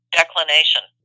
declination